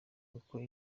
uko